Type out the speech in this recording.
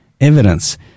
evidence